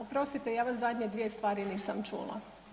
Oprostite, ja vas zadnje dvije stvari nisam čula.